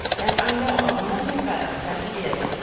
and i know of nothing better that he did,